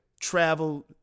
Travel